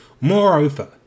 Moreover